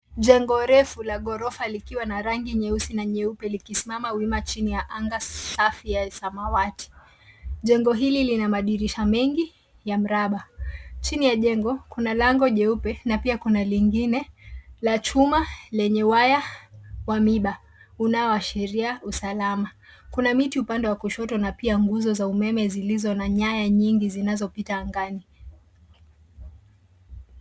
Jengo refu la ghorofa likiwa na rangi yeupe na nyeusi likisimama wima chini ya anga safi ya samawati. Jengo hili lina madirisha meng ya mraba. Chini ya jengo kuna lango jeupe na pia kina lingine la chuma lenye waya wa miba unaoashiria usalama. Kuna miti upande wa kushoto na pia nguzo za umeme zilizo na nyaya nyingi zinazopita angani.